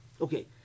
Okay